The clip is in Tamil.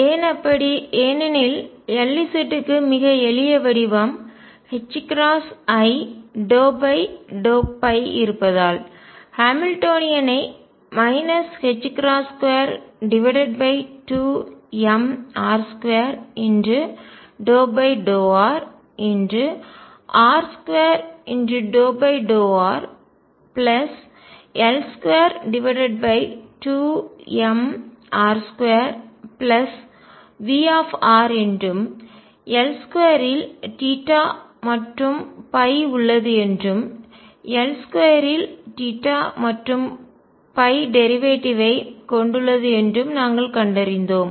ஏன் அப்படி ஏனெனில் Lz க்கு மிக எளிய வடிவம் ℏi∂ϕ இருப்பதால் ஹாமில்டோனியனை 22mr2∂rr2∂rL22mr2V என்றும் L2 இல் மற்றும் உள்ளது என்றும் L2 இல் மற்றும் டேரிவேட்டிவ் ஐ வழித்தோன்றல் கொண்டுள்ளது என்றும் நாங்கள் கண்டறிந்தோம்